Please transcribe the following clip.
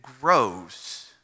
grows